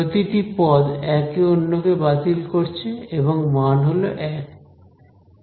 প্রতিটি পদ একে অন্যকে বাতিল করছে এবং মান হল 1